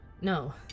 No